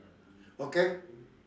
okay